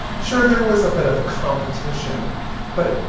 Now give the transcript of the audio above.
sure, there was a bit of competition but,